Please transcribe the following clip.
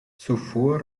zuvor